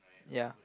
ya